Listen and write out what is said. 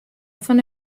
fan